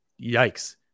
yikes